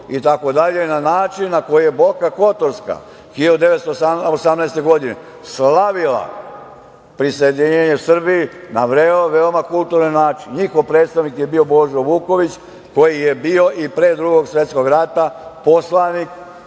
itd. na način na koji je Boka Kotorska 1918. godine slavila prisajedinjenje Srbiji na veoma kulturan način. Njihov predstavnik je bio Božo Vuković koji je bio i pre Drugog svetskog rata poslanik,